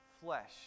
flesh